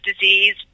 disease